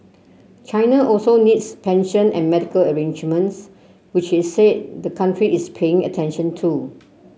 China also needs pension and medical arrangements which he said the country is paying attention to